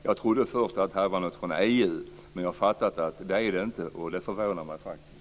Jag trodde först att detta var ett förslag från EU, men jag har förstått att det inte är så. Det förvånar mig faktiskt.